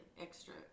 Extra